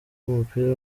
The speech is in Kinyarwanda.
w’umupira